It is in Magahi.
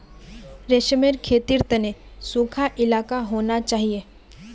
रेशमेर खेतीर तने सुखा इलाका होना चाहिए